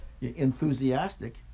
enthusiastic